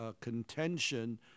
contention